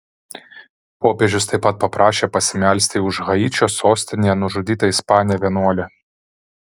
popiežius taip pat paprašė pasimelsti už haičio sostinėje nužudytą ispanę vienuolę